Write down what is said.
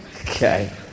Okay